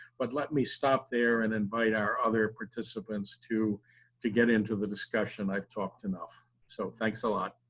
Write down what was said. but let me stop there and invite our other participants to to get into the discussion, i've talked enough, so thanks a lot!